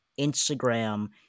Instagram